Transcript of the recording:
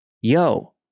Yo